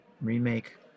remake